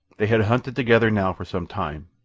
they had hunted together now for some time,